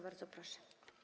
Bardzo proszę.